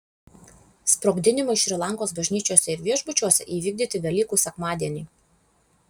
sprogdinimai šri lankos bažnyčiose ir viešbučiuose įvykdyti velykų sekmadienį